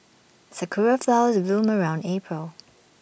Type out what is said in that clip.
Sakura Flowers bloom around April